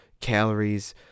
calories